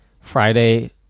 Friday